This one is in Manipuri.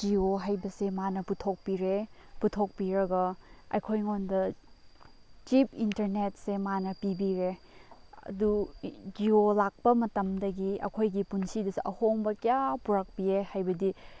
ꯖꯤꯌꯣ ꯍꯥꯏꯕꯁꯦ ꯃꯥꯅ ꯄꯨꯊꯣꯛꯄꯤꯔꯦ ꯄꯨꯊꯣꯛꯄꯤꯔꯒ ꯑꯩꯈꯣꯏꯉꯣꯟꯗ ꯆꯤꯞ ꯏꯟꯇꯔꯅꯦꯠꯁꯦ ꯃꯥꯅ ꯄꯤꯕꯤꯔꯦ ꯑꯗꯨ ꯖꯤꯌꯣ ꯂꯥꯛꯄ ꯃꯇꯝꯗꯒꯤ ꯑꯩꯈꯣꯏꯒꯤ ꯄꯨꯟꯁꯤꯗꯁꯨ ꯑꯍꯣꯡꯕ ꯀꯌꯥ ꯄꯨꯔꯛꯄꯤꯌꯦ ꯍꯥꯏꯕꯗꯤ